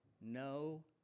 no